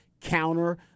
counter